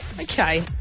okay